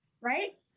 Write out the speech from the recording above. Right